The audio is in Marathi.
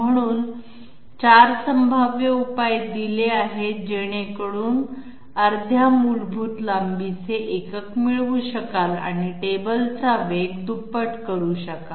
म्हणून 4 संभाव्य उपाय दिले आहेत जेणेकरुन अर्ध्या मूलभूत लांबीचे एकक मिळवू शकाल आणि टेबलचा वेग दुप्पट करू शकाल